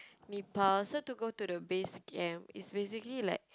Nepal so to go to the base camp is basically like